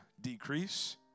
decrease